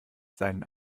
seinen